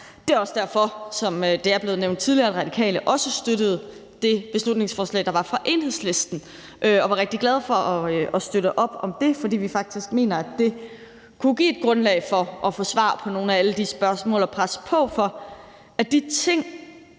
Det er derfor, som det er blevet nævnt tidligere, at Radikale også støttede det beslutningsforslag, der var fra Enhedslisten, og var rigtig glade for at støtte op om det, fordi vi faktisk mener, at det kunne give et grundlag for at få svar på nogle af alle spørgsmålene og for at få presset